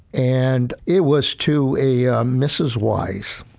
and it was to a ah mrs. weiss,